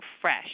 fresh